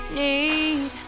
need